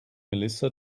melissa